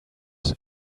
and